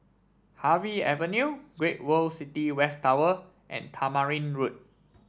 Harvey Avenue Great World City West Tower and Tamarind Road